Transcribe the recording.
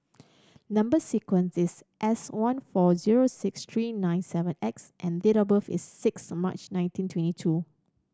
number sequence is S one four zero six three nine seven X and date of birth is six March nineteen twenty two